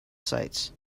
sites